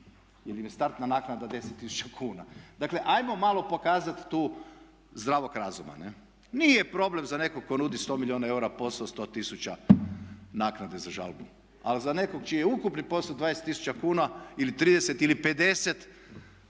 im je startna naknada 10000 kuna. Dakle, hajmo malo pokazati tu zdravog razuma. Ne? Nije problem za nekog tko nudi sto milijuna eura posao sto tisuća naknade za žalbu. Ali za nekog čiji je ukupni posao 20 tisuća kuna ili 30 ili 50 žalba